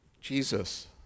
Jesus